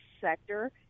sector